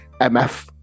mf